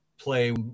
play